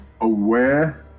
aware